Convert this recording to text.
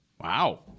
Wow